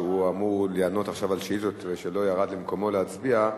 שהוא אמור לענות עכשיו על שאילתות ולא ירד למקומו להצביע.